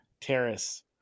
Terrace